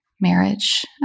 marriage